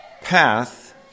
path